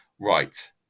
Right